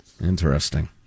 Interesting